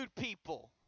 people